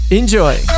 enjoy